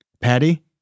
Patty